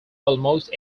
almost